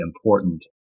important